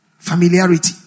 familiarity